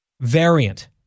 variant